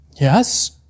Yes